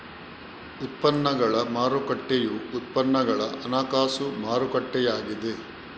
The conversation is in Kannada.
ಉತ್ಪನ್ನಗಳ ಮಾರುಕಟ್ಟೆಯು ಉತ್ಪನ್ನಗಳ ಹಣಕಾಸು ಮಾರುಕಟ್ಟೆಯಾಗಿದೆ